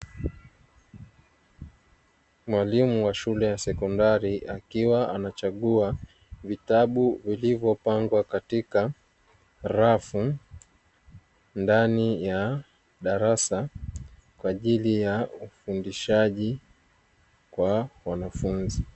Mwalimu wa shule ya sekondari akiwa anachagua vitabu vilivyopangwa katika rafu ndani ya darasa kwa ajili ya ufundishaji wa wanafunzi.